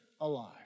alive